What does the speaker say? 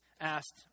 asked